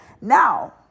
Now